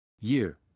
Year